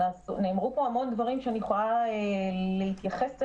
נאמרו פה המון דברים שאני יכולה להתייחס אליהם.